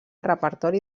repertori